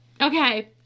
Okay